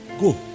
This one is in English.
go